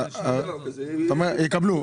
אתה אומר שיקבלו.